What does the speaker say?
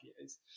years